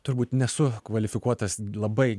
turbūt nesu kvalifikuotas labai